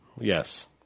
Yes